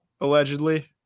allegedly